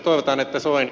toivotaan että soini